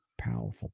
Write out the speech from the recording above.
Powerful